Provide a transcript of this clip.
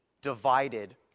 ...divided